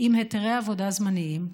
עם היתרי עבודה זמניים,